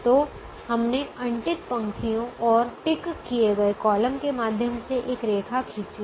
तो हमने अनटिक पंक्तियों और टिक किए गए कॉलम के माध्यम से एक रेखा खींची है